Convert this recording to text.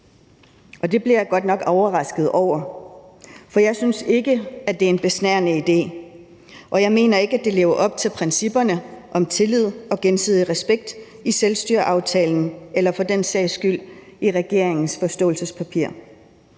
Det blev jeg godt nok overrasket over, for jeg synes ikke, at det er en besnærende idé, og jeg mener ikke, at det lever op til principperne om tillid og gensidig respekt i selvstyreaftalen eller for den sags skyld i regeringens forståelsespapir.